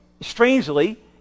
strangely